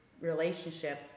relationship